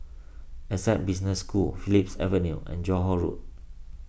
Essec Business School Phillips Avenue and Johore Road